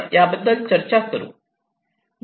याबद्दल आपण चर्चा करू